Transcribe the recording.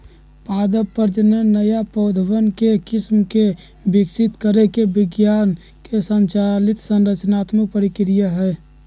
पादप प्रजनन नया पौधवन के किस्म के विकसित करे के विज्ञान संचालित रचनात्मक प्रक्रिया हई